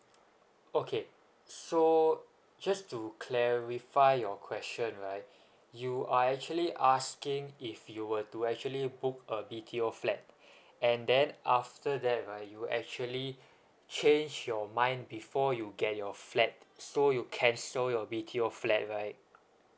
okay so just to clarify your question right you are actually asking if you were to actually booked a B_T_O flat and then after that right you actually changed your mind before you get your flat so you cancel your B_T_O flat right